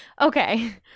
Okay